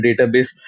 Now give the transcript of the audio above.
database